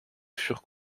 furent